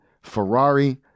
Ferrari